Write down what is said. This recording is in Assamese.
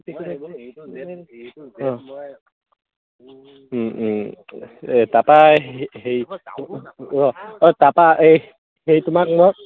অঁ এই তাৰপৰা হেৰি নহয় অঁ তাৰপৰা এই সেই তোমাক মই